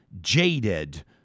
jaded